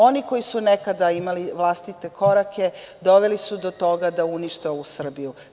Oni koji su nekada imali vlastite korake doveli su do toga da unište ovu Srbiju.